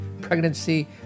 pregnancy